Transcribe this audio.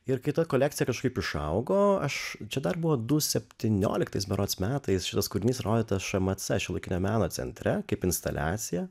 ir kita kolekcija kažkaip išaugo aš čia dar buvo du septynioliktais berods metais šitas kūrinys rodytas šmc šiuolaikinio meno centre kaip instaliacija